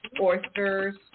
oysters